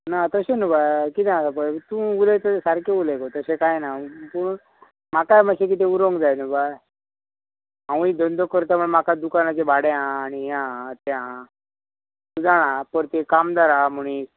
ना तशें न्हू बाय किदें आसा पळय तूं उलयता तें सारकें उलय गो तशें कांय ना पूण म्हाकाय मातशें कितें उरोंक जाय न्हू बाय हांवूंय धंदो करता म्हण म्हाका दुकानाचें भाडें आहा आनी हें आहा तें आहा तूं जाणा परते कामदार आहा मणीस